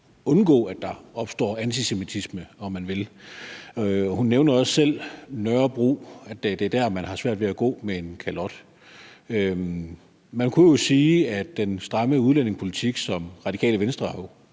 undgå, at der opstår antisemitisme, om man vil. Hun nævner også selv Nørrebro, og at det er der, man har svært ved at gå med en kalot. Man kunne jo sige, at den stramme udlændingepolitik, som Radikale Venstre